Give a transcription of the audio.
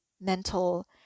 mental